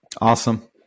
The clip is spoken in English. Awesome